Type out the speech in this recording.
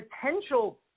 potential